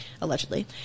allegedly